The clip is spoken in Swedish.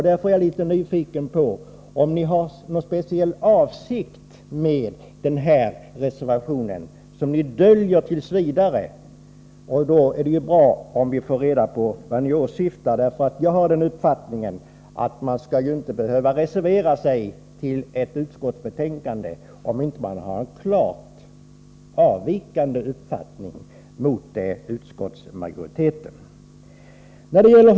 Därför är jag litet nyfiken på om ni har någon speciell avsikt med den här reservationen som ni döljer t. v. Det vore bra att få reda på vad ni åsyftar, för jag anser att man inte skall behöva reservera sig till ett utskottsbetänkande om man inte har en gentemot utskottsmajoriteten klart avvikande uppfattning.